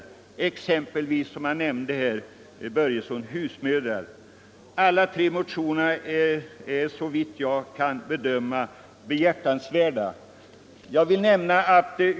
Herr Börjesson nämnde husmödrar som ett exempel. Såvitt jag kan bedöma är alla tre motionerna behjärtansvärda.